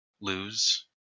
lose